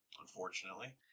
Unfortunately